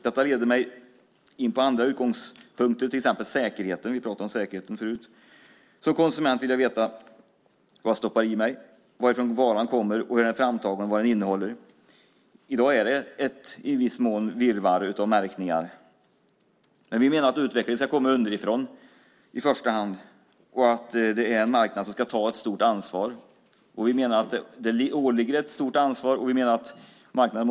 Detta leder mig in på andra utgångspunkter, till exempel säkerheten. Vi pratade om säkerheten förut. Som konsument vill jag veta vad jag stoppar i mig, varifrån varan kommer, hur den är framtagen och vad den innehåller. I dag är det i viss mån ett virrvarr av märkningar. Vi menar att utvecklingen ska komma underifrån i första hand. Det är marknaden som ska ta ett stort ansvar. Vi tror också att man kommer att göra det.